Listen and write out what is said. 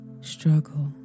struggle